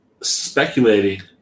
speculating